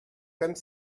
comme